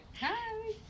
Hi